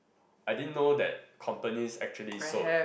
I didn't know that companies actually sold